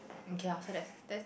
okay lah so that's that